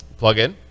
plugin